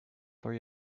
for